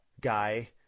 guy